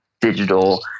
digital